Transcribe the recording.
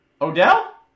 Odell